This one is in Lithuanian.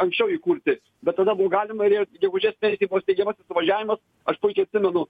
anksčiau įkurti bet tada buvo galima ir jie gegužės mėnesį buvo steigiamasis suvažiavimas aš puikiai atsimenu